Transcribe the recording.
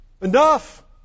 Enough